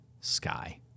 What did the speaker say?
Sky